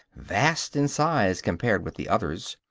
vast in size compared with the others,